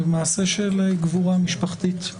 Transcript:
זה מעשה של גבורה משפחתית.